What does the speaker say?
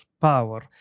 power